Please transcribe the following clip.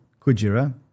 Kujira